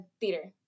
Theater